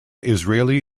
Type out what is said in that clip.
israeli